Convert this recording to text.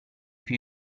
più